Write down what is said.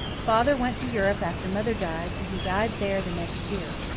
father went to europe after mother died, and he died there the next year.